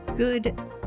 Good